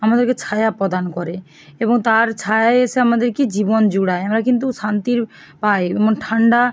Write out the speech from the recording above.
আমাদেরকে ছায়া প্রদান করে এবং তার ছায়ায় এসে আমাদের কি জীবন জুড়ায় আমরা কিন্তু শান্তির পাই এবং ঠান্ডা